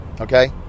Okay